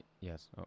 Yes